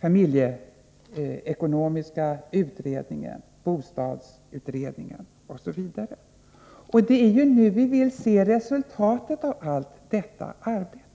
familjeekonomiska utredningen, bostadsutredningen m.fl. Och nu avvaktar vi resultatet av allt detta utredningsarbete.